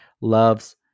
loves